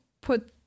put